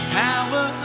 power